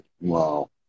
Wow